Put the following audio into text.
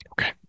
Okay